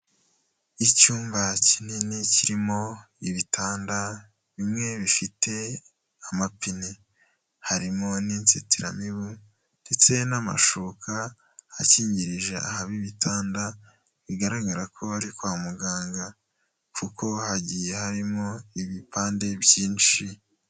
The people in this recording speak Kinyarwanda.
Icyumba kinini kirimo ibitanda, bimwe bifite amapine. Harimo n'inzitiramibu ndetse n'amashuka akingirije ahaba ibitanda, bigaragara ko ari kwa muganga. Kuko hagiye harimo ibipande byinshi.